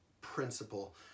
principle